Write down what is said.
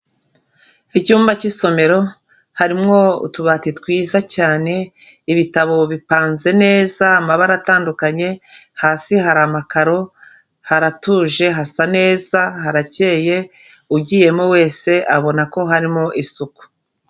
Icyumba cy'isomero harimo utubati twiza cyane, ibitabo bipanze neza amabara atandukanye, hasi hari amakaro, haratuje, hasa neza, harakeye, ugiyemo wese abona ko harimo isuku.